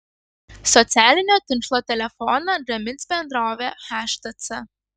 socialinio tinklo telefoną gamins bendrovė htc